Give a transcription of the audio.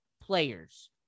players